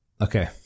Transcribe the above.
Okay